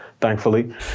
thankfully